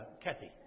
Kathy